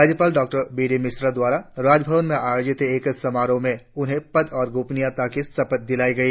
राज्यपाल Dr B D Mishra द्वारा राजभवन में आयोजित एक समारोह में उन्हें पद और गोपनीयता की शपथ दिलाई गई